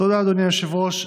תודה, אדוני היושב-ראש.